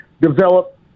develop